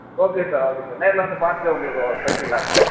okay sir okay sir நேர்ல வந்து பார்த்துட்டு உங்களுக்கு பேசிக்கலாம் சார்